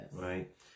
Right